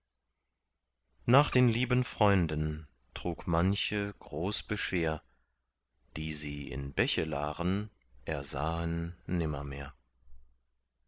nach den lieben freunden trug manche groß beschwer die sie in bechelaren ersahen